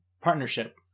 partnership